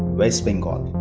west bengal